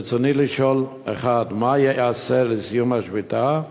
ברצוני לשאול: 1. מה ייעשה לסיום השביתה?